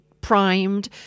Primed